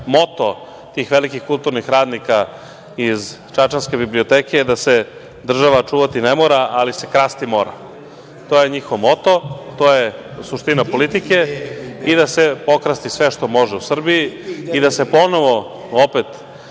tih velikih kulturnih radnika iz čačanske biblioteke je da se država čuvati ne mora, ali se krasti mora. To je njihov moto. To je suština politike i da se pokrade sve što može u Srbiji i da se opet